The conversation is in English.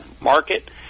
market